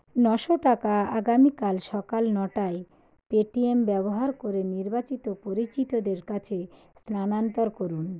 নশো টাকা আগামীকাল সকাল নটায় পেটিএম ব্যবহার করে নির্বাচিত পরিচিতদের কাছে স্থানান্তর করুন